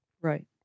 Right